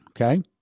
okay